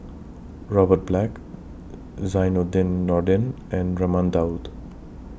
Robert Black Zainudin Nordin and Raman Daud